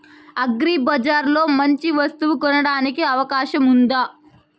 అగ్రిబజార్ లో మంచి వస్తువు కొనడానికి అవకాశం వుందా?